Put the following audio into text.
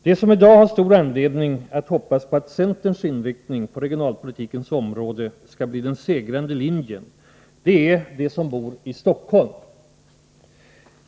De som i dag har stor anledning att hoppas på att centerns inriktning på regioralpolitikens område skall bli den segrande linjen är de som bor i Stockholm.